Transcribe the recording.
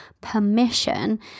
permission